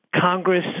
Congress